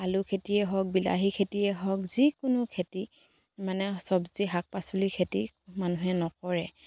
আলু খেতিয়ে হওক বিলাহী খেতিয়ে হওক যিকোনো খেতি মানে চবজি শাক পাচলি খেতি মানুহে নকৰে